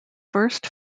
first